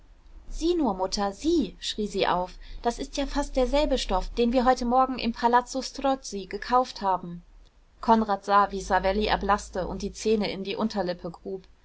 sieh nur mutter sieh schrie sie auf das ist ja fast derselbe stoff den wir heute morgen im palazzo strozzi gekauft haben konrad sah wie savelli erblaßte und die zähne in die unterlippe grub